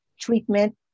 treatment